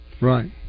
Right